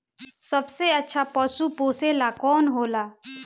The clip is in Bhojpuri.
सबसे अच्छा पशु पोसेला कौन होला?